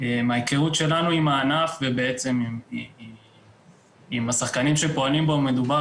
מההיכרות שלנו עם הענף ועם השחקנים שפועלים בו מדובר